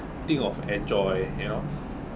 think of enjoy you know